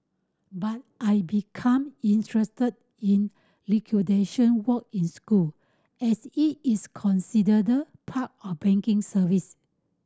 but I become interested in liquidation work in school as it is considered part of banking service